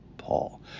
Paul